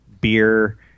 beer